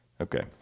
Okay